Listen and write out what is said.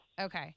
Okay